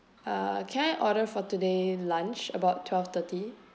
uh can I order for today lunch about twelve thirty